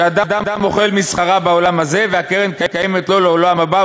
שאדם אוכל משכרה בעולם הזה והקרן קיימת לו לעולם הבא,